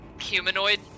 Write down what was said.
humanoid